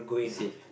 you see